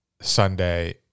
Sunday